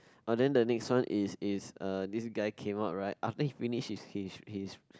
orh then the next one is is uh this guy came up right after he finish his his his